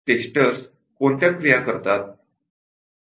testers कोणत्या क्रिया करतात